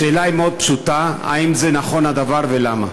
השאלה היא מאוד פשוטה: האם נכון הדבר, ולמה?